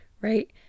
right